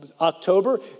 October